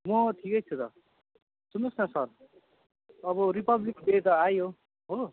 म ठिकै छु त सुन्नुहोस् न सर अब रिपब्लिक डे त आयो हो